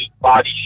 body